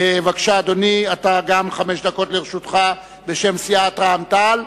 אדוני, חמש דקות לרשותך בשם סיעת רע"ם-תע"ל.